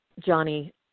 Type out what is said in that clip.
Johnny